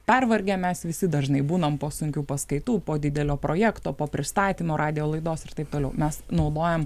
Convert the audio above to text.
pervargę mes visi dažnai būnam po sunkių paskaitų po didelio projekto po pristatymo radijo laidos ir taip toliau mes naudojam